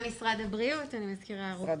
אני מזכירה גם במשרד הבריאות רופאים,